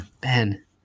Ben